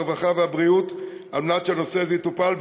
הרווחה והבריאות על מנת שהנושא הזה יטופל,